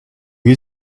you